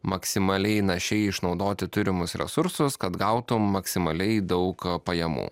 maksimaliai našiai išnaudoti turimus resursus kad gautum maksimaliai daug pajamų